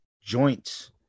joints